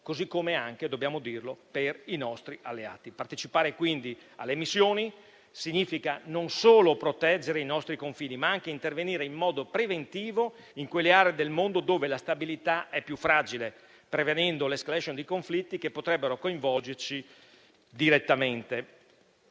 dirlo - per i nostri alleati. Partecipare quindi alle missioni significa non solo proteggere i nostri confini, ma anche intervenire in modo preventivo in quelle aree del mondo dove la stabilità è più fragile, prevenendo l'*escalation* di conflitti che potrebbero coinvolgerci direttamente.